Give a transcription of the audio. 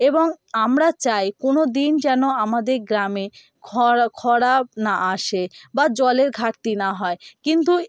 এবং আমরা চাই কোনো দিন যেন আমাদের গ্রামে খরা খরা না আসে বা জলের ঘাটতি না হয় কিন্তু